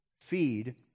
Feed